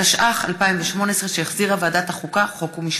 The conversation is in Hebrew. התשע"ח 2018, שהחזירה ועדת החוקה, חוק ומשפט.